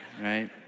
right